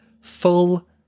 full